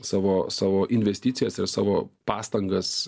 savo savo investicijas ir savo pastangas